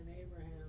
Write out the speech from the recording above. Abraham